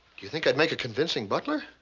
you think i'd make a convincing butler?